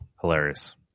hilarious